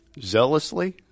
Zealously